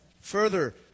Further